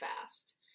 fast